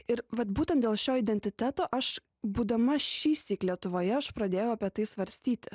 ir vat būtent dėl šio identiteto aš būdama šįsyk lietuvoje aš pradėjau apie tai svarstyti